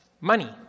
money